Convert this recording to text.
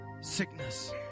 sickness